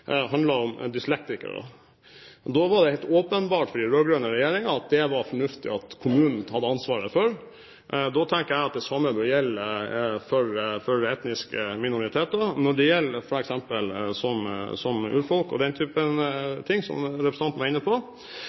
handlet om dyslektikere. Da var det helt åpenbart for den rød-grønne regjeringen at det var fornuftig at kommunene hadde ansvaret for disse. Da tenker jeg at det samme bør gjelde for etniske minoriteter, som f.eks. urfolk, som representanten var inne på.